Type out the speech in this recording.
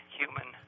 human